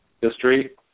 history